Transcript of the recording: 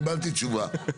קיבלתי תשובה.